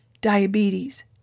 diabetes